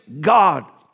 God